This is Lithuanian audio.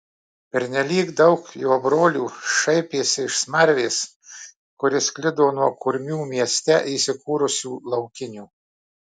pernelyg daug jo brolių šaipėsi iš smarvės kuri sklido nuo kurmių mieste įsikūrusių laukinių